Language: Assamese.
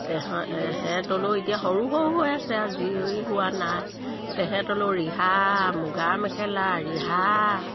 তেহে সিহঁতলৈও এতিয়া সৰু সৰু হৈ আছে আজি হোৱা নাই তাহাঁতলৈ ৰিহা মুগাৰ মেখেলা ৰিহা